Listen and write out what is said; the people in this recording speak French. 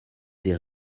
des